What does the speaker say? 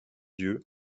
dieu